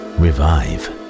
revive